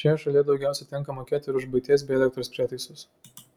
šioje šalyje daugiausiai tenka mokėti ir už buities bei elektros prietaisus